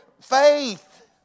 faith